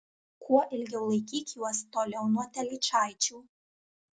kuo ilgiau laikyk juos toliau nuo telyčaičių